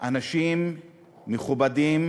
אנשים מכובדים,